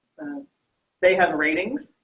they have readings.